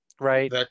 Right